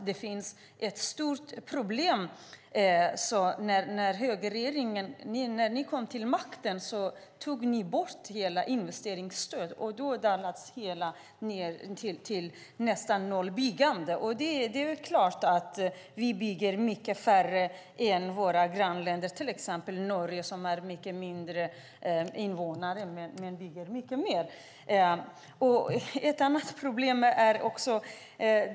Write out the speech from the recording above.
Det finns ett stort problem. När högerregeringen kom till makten tog ni bort investeringsstödet. Då sjönk byggandet nästan ned till noll. Det byggs färre bostäder än i våra grannländer, till exempel i Norge med färre invånare men där man bygger fler bostäder.